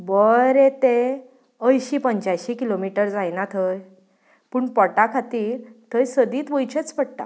बरें तें अयशीं पंच्यांयशीं किलोमिटर जायना थंय पूण पोटा खातीर थंय सदींच वयचेंच पडटा